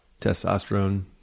testosterone